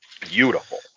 beautiful